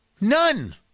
None